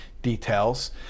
details